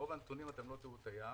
מרוב הנתונים אתם לא תראו את היער.